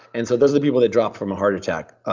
and so those are the people that drop from a heart attack,